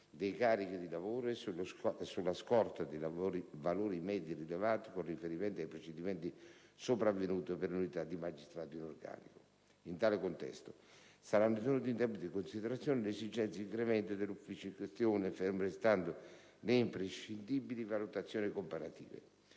dei carichi di lavoro e sulla scorta dei valori medi rilevati con riferimento ai procedimenti sopravvenuti per unità di magistrato in organico. In tale contesto, saranno tenute in debita considerazione le esigenze di incremento dell'ufficio in questione, fermo restando le imprescindibili valutazioni comparative.